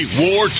war